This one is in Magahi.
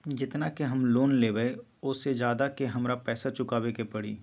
जेतना के हम लोन लेबई ओ से ज्यादा के हमरा पैसा चुकाबे के परी?